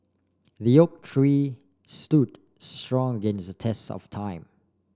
the oak tree stood strong against the test of time